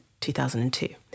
2002